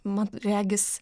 man regis